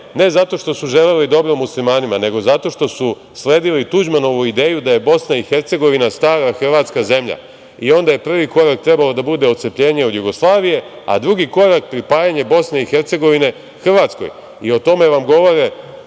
ne zato što su želeli dobro muslimanima, nego zato što su sledili Tuđmanovu ideju da je BiH stara hrvatska zemlja i onda je prvi korak trebao da bude otcepljenje od Jugoslavije, a drugi korak pripajanje BiH Hrvatskoj. O tome vam govori